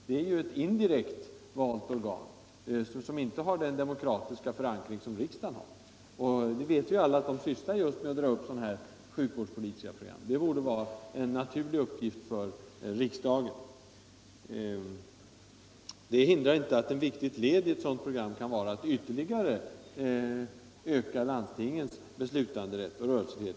Det är ju ett indirekt valt organ, som inte har den demokratiska förankring som riksdagen har. Vi vet att man där sysslar just med att göra upp ett sjukvårdspolitiskt program. Det borde vara en naturlig uppgift för riksdagen. Det hindrar inte att ett viktigt led i ett sådant program kan vara att ytterligare öka landstingens beslutanderätt och rörelsefrihet.